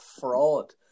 fraud